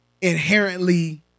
inherently